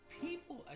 people